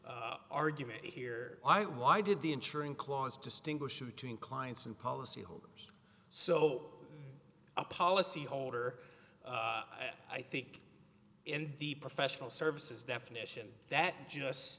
match argument here i why did the insuring clause distinguish between clients and policyholders so a policyholder i think in the professional services definition that just